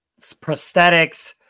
prosthetics